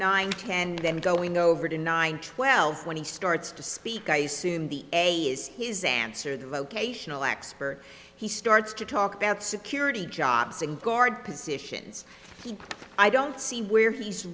nine and them going over to nine twelve when he starts to speak i assume the a is his answer that locational expert he starts to talk about security jobs and guard positions i don't see where he's